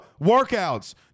workouts